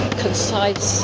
concise